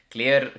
Clear